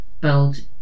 build